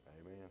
Amen